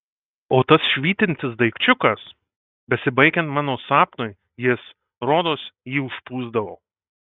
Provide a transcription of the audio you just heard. o tas švytintis daikčiukas besibaigiant mano sapnui jis rodos jį užpūsdavo